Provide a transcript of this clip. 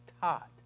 taught